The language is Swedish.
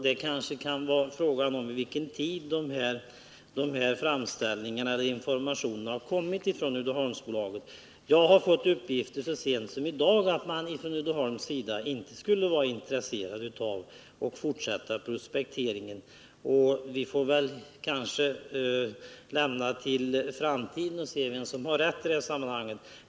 De olika uppgifterna kan kanske bero på vid vilken tidpunkt dessa informationer har kommit från Uddeholmsbolaget. Jag har fått uppgiften så sent som i dag att Uddeholmsbolaget inte skulle vara intresserat av att fortsätta prospekteringen. Vi får kanske låta framtiden utvisa vem som har rätt i detta sammanhang.